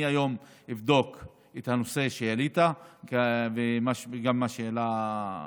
אני אבדוק היום את הנושא שהעלית, וגם את מה שהעלה,